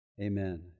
Amen